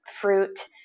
fruit